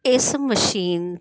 ਇਸ ਮਸ਼ੀਨ